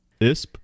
ISP